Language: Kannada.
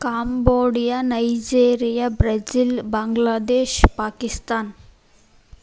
Cambodia Nigeria Brazil Bangladesh Pakistan